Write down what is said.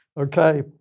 Okay